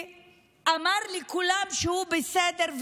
אמר לכולם שהוא בסדר,